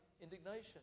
indignation